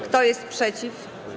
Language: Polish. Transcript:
Kto jest przeciw?